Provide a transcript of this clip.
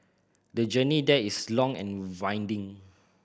the journey there is long and winding